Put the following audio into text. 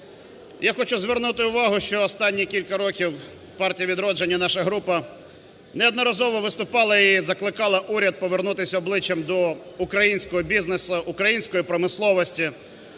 Я хочу звернути увагу, що останні кілька років "Партія "Відродження", наша група неодноразово виступала і закликала уряд повернутись обличчям до українського бізнесу, української промисловості,